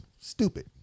stupid